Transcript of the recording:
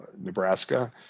Nebraska